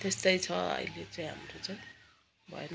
त्यस्तै छ अहिले चाहिँ हाम्रो चाहिँ भएन